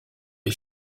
est